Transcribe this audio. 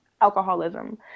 alcoholism